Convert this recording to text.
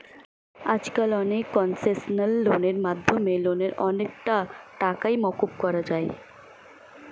আজকাল অনেক কনসেশনাল লোনের মাধ্যমে লোনের অনেকটা টাকাই মকুব করা যায়